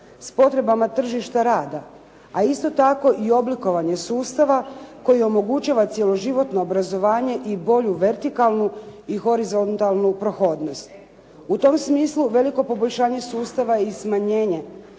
s potrebama tržišta rada, a isto tako i oblikovanje sustava koji omogućava cjeloživotno obrazovanje i bolju vertikalnu i horizontalnu prohodnost. U tom smislu veliko poboljšanje sustava je i smanjenje